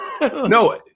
No